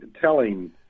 telling